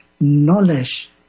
knowledge